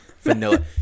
vanilla